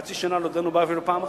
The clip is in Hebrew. חצי שנה לא דנו בזה אפילו פעם אחת.